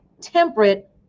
temperate